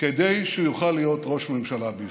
כדי שהוא יוכל להיות ראש ממשלה בישראל?